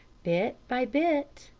bit by bit,